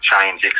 change